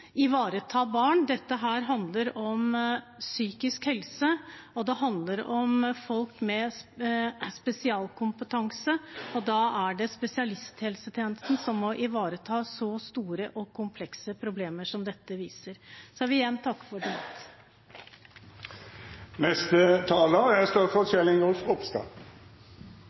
ivareta barn. Dette handler om psykisk helse, og det handler om folk med spesialkompetanse. Da er det spesialisthelsetjenesten som må ivareta så store og komplekse problemer som dette viser. Jeg vil igjen takke for